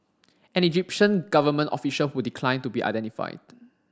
an Egyptian government official who declined to be identified